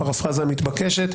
הפרפרזה מתבקשת,